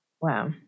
Wow